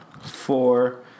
four